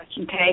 Okay